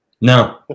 No